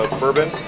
bourbon